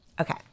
okay